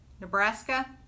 Nebraska